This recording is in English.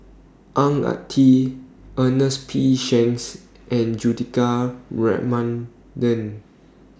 Ang Ah Tee Ernest P Shanks and Juthika Ramanathan